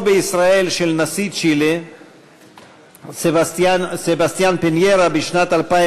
בישראל של נשיא צ'ילה סבסטיאן פיניירָה בשנת 2011